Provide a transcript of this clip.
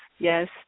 Yes